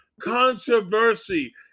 controversy